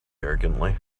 arrogantly